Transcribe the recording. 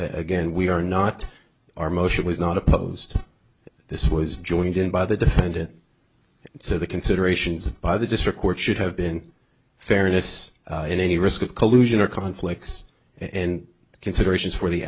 again we are not our motion was not opposed this was joined in by the defendant so the considerations by the district court should have been fairness in any risk of collusion or conflicts and considerations for the